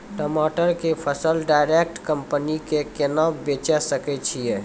टमाटर के फसल डायरेक्ट कंपनी के केना बेचे सकय छियै?